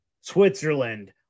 Switzerland